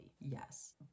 yes